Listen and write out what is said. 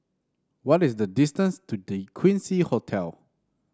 what is the distance to The Quincy Hotel